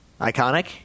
Iconic